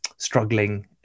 struggling